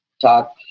talk